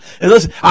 listen